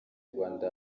rwanda